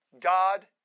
God